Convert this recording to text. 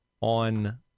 on